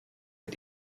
mit